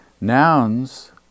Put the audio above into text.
Nouns